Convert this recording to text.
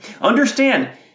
Understand